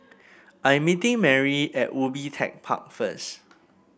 I'm meeting Merry at Ubi Tech Park first